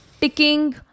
ticking